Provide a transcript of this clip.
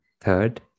Third